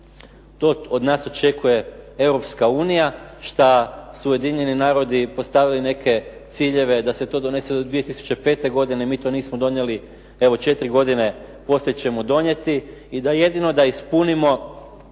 to od nas očekuje Europska unija, što su Ujedinjeni narodi postavili neke ciljeve da se to donese do 2005. godine, mi to nismo donijeli. Evo četiri godine poslije ćemo donijeti i da jedino da ispunimo